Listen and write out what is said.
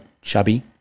chubby